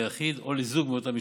ליחיד או לזוג מאותה משפחה.